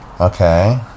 Okay